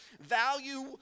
Value